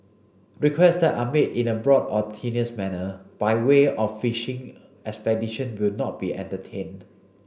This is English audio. requests that are made in a broad or tenuous manner by way of a fishing expedition will not be entertained